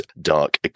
dark